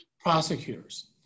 Prosecutors